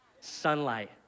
sunlight